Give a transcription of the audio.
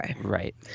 Right